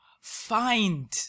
find